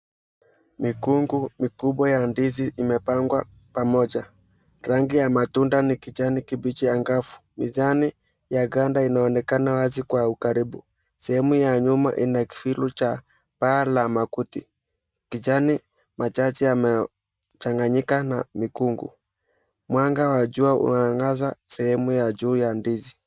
Mikungu mikubwa ya ndizi imepangwa pamoja rangi ya matunda ni kijani kibichi angavu. Mezani ya ganda inaonekana wazi kwa ukaribu sehemu ya nyuma ina kivuli cha paa la makuti, kijani machache yamechanganyika na mikungu, mwanga wa jua unaangaza sehemu ya juu ya ndizi.